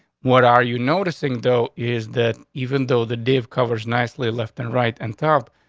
what are you noticing, though, is that even though the dave covers nicely left and right and top,